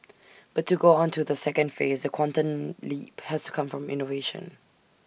but to go on to the second phase the quantum leap has to come from innovation